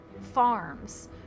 farms